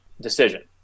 decision